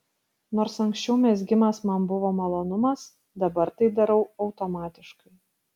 nors anksčiau mezgimas man buvo malonumas dabar tai darau automatiškai